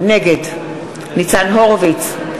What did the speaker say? נגד ניצן הורוביץ,